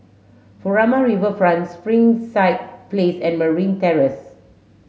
Furama Riverfront Springside Place and Merryn Terrace